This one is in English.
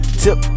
tip